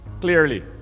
clearly